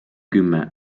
kümme